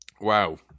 Wow